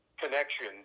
connection